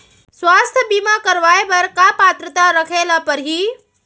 स्वास्थ्य बीमा करवाय बर का पात्रता रखे ल परही?